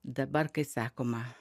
dabar kai sakoma